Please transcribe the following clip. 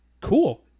Cool